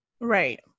Right